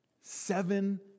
Seven